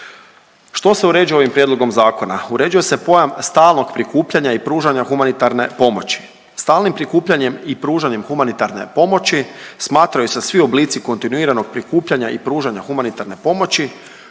Što se uređuje ovim prijedlogom zakona? Uređuje se pojam stalnog prikupljanja i pružanja humanitarne pomoći. Stalnim prikupljanjem i pružanjem humanitarne pomoći smatraju se svi oblici kontinuiranog prikupljanja i pružanja humanitarne pomoći